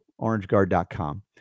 orangeguard.com